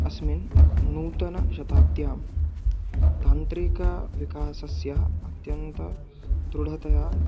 अस्मिन् नूतनशताब्द्यां तान्त्रिकविकासस्य अत्यन्तं दृढतया